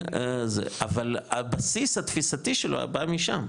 אבל הבסיס התפיסתי שלו בא משם,